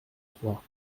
trois